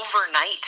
overnight